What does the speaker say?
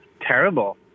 terrible